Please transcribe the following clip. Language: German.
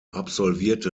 absolvierte